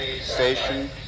station